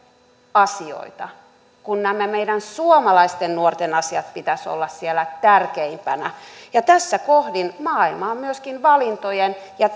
asioita kun näiden meidän suomalaisten nuorten asioiden pitäisi olla siellä tärkeimpänä tässä kohdin maailma on myöskin valintoja ja